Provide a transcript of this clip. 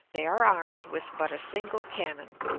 they are armed with but a single cannon.